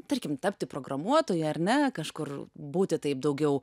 tarkim tapti programuotoju ar ne kažkur būti taip daugiau